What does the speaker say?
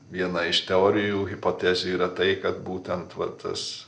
viena iš teorijų hipotezių yra tai kad būtent va tas